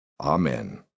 Amen